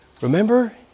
Remember